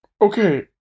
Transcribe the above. Okay